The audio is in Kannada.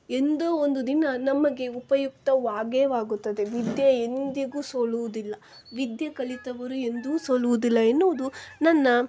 ಎಂದೋ ಒಂದು ದಿನ ನಮಗೆ ಉಪಯುಕ್ತವಾಗೇ ಆಗುತ್ತದೆ ವಿದ್ಯೆ ಎಂದಿಗೂ ಸೋಲುವುದಿಲ್ಲ ವಿದ್ಯೆ ಕಲಿತವರು ಎಂದೂ ಸೋಲುವುದಿಲ್ಲ ಎನ್ನುವುದು ನನ್ನ